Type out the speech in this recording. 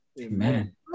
Amen